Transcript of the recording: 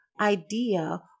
idea